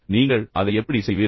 நீங்கள் அதை எப்படி செய்வீர்கள்